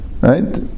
Right